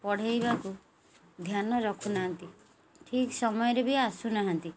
ପଢ଼େଇବାକୁ ଧ୍ୟାନ ରଖୁନାହାନ୍ତି ଠିକ୍ ସମୟରେ ବି ଆସୁନାହାନ୍ତି